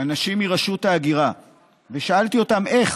אנשים מרשות ההגירה ושאלתי אותם: איך?